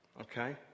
Okay